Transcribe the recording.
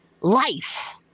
life